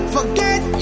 Forget